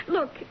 Look